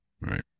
Right